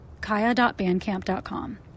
kaya.bandcamp.com